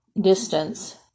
distance